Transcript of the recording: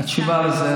התשובה לזה,